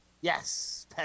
Yes